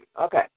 Okay